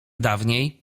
dawniej